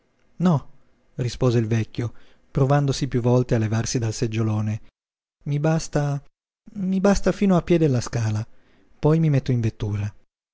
no rispose il vecchio provandosi piú volte a levarsi dal seggiolone i basta mi basta fino a piè della scala poi mi metto in vettura